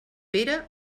pere